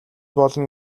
болно